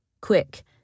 Quick